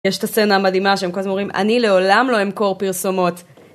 יש את הסצנה המדהימה שהם כל הזמן אומרים, אני לעולם לא אמכור פרסומות.